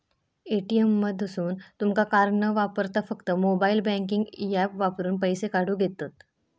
ATM मधसून तुमका card न वापरता फक्त मोबाईल बँकिंग ऍप वापरून पैसे काढूक येतंत